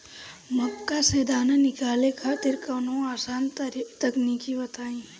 मक्का से दाना निकाले खातिर कवनो आसान तकनीक बताईं?